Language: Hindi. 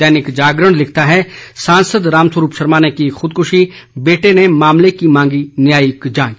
दैनिक जागरण लिखता है सांसद रामस्वरूप ने की खुदकुशी बेटे ने मामले की मांगी न्यायिक जांच